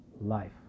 life